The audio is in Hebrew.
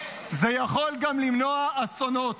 זה יכול גם למנוע אסונות.